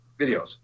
videos